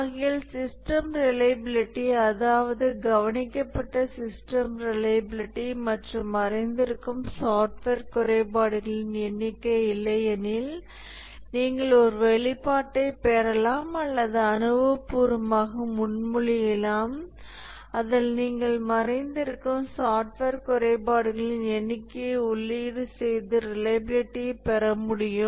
ஆகையால் system reliability அதாவது கவனிக்கப்பட்ட சிஸ்டம் ரிலையபிலிட்டி மற்றும் மறைந்திருக்கும் சாஃப்ட்வேர் குறைபாடுகளின் எண்ணிக்கை இல்லையெனில் நீங்கள் ஒரு வெளிப்பாட்டைப் பெறலாம் அல்லது அனுபவபூர்வமாக முன்மொழியலாம் அதில் நீங்கள் மறைந்திருக்கும் சாஃப்ட்வேர் குறைபாடுகளின் எண்ணிக்கையை உள்ளீடு செய்து ரிலையபிலிட்டியைப் பெற முடியும்